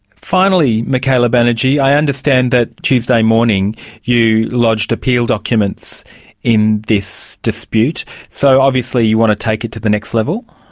finally, michaela banerji, i understand that tuesday morning you lodged appeal documents in this dispute, so obviously you want to take it to the next level.